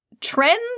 trends